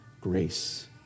grace